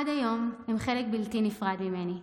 עד היום הם חלק בלתי נפרד ממני.